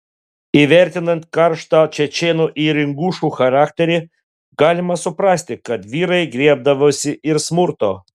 įvertinant karštą čečėnų ir ingušų charakterį galima suprasti kad vyrai griebdavosi ir smurto